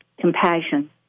compassion